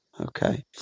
okay